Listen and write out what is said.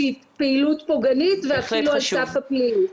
שהיא פעילות פוגענית ואפילו על סף הפלילי.